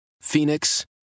Phoenix